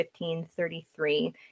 1533